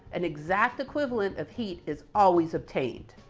an exact equivalent of heat is always obtained.